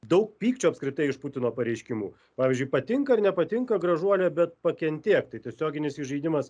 daug pykčio apskritai iš putino pareiškimų pavyzdžiui patinka ar nepatinka gražuole bet pakentėk tai tiesioginis įžeidimas